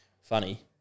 Funny